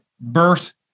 birth